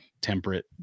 temperate